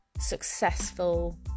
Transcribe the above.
successful